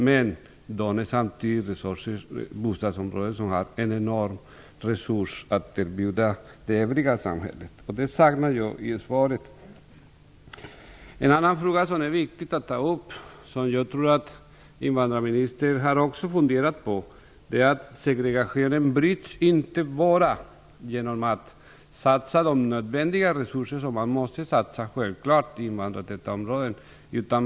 Men samtidigt är det fråga om bostadsområden som har en enorm resurs att erbjuda det övriga samhället. Det här saknar jag i svaret. En annan fråga som det är viktigt att ta upp och som jag tror att invandrarministern också har funderat över är att segregationen inte bryts bara genom de resurser som självklart måste satsas i invandrartäta områden.